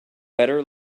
better